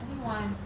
I think one